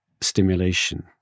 stimulation